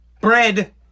bread